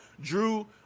drew